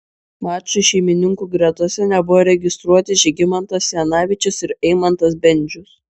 mačui šeimininkų gretose nebuvo registruoti žygimantas janavičius ir eimantas bendžius